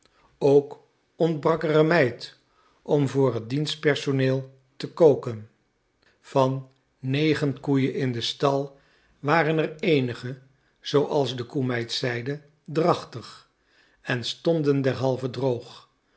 ook ontbrak er een meid om voor het dienstpersoneel te koken van negen koeien in den stal waren er eenige zooals de koemeid zeide drachtig en stonden derhalve droog